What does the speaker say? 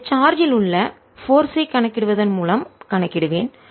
இந்த சார்ஜ் ல் உள்ள சக்தி போர்ஸ் ஐ கணக்கிடுவதன் மூலம் கணக்கிடுவேன்